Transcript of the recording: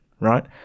right